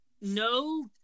no